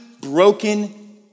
broken